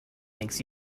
makes